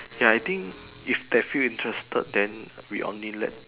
ya I think if they feel interested then we only let